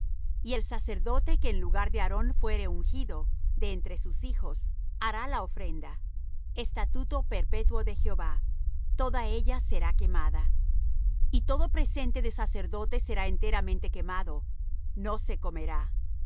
y el sacerdote que en lugar de aarón fuere ungido de entre sus hijos hará la ofrenda estatuto perpetuo de jehová toda ella será quemada y todo presente de sacerdote será enteramente quemado no se comerá